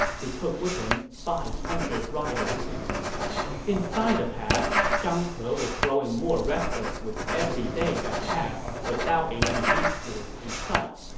who had with him five hundred riders inside the pass, zhang he was growing more restless with every day that passed without a relief force in sight.